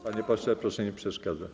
Panie pośle, proszę nie przeszkadzać.